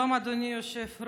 שלום, אדוני היושב-ראש.